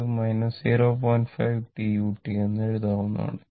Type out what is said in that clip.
5t u എന്ന് എഴുതാവുന്നതാണ്